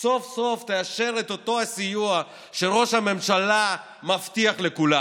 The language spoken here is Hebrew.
תאשר סוף-סוף את אותו הסיוע שראש הממשלה מבטיח לכולם.